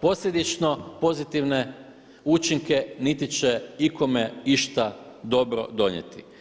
posljedično pozitivne učinke niti će ikome išta dobro donijeti.